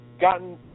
gotten